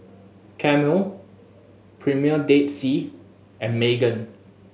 Camel Premier Dead Sea and Megan